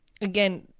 again